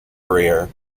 career